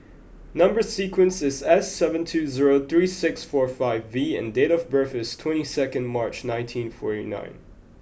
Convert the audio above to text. number sequence is S seven two zero three six four five V and date of birth is twenty second March nineteen forty nine